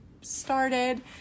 started